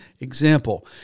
example